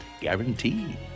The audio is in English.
guaranteed